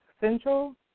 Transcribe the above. Central